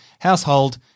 household